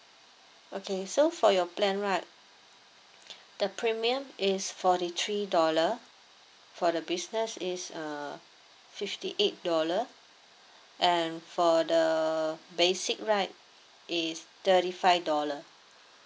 okay so for your plan right the premium is forty three dollar for the business is uh fifty eight dollar and for the basic right it's thirty five dollar